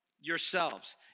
yourselves